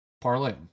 parlay